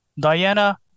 Diana